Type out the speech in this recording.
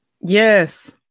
Yes